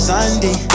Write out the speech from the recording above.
Sunday